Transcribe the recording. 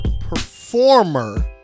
performer